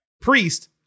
Priest